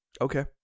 Okay